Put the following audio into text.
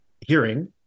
hearing